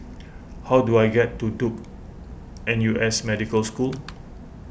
how do I get to Duke N U S Medical School